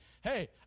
Hey